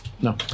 No